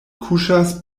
kuŝas